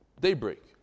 daybreak